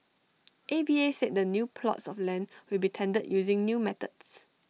A V A said the new plots of land will be tendered using new methods